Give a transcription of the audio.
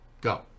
Go